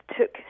took